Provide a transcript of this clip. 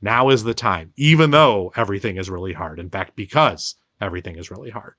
now is the time, even though everything is really hard, in fact, because everything is really hard